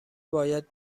باید